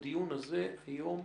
בדיון הזה היום,